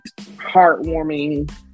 heartwarming